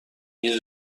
این